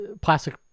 plastic